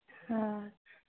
हाँ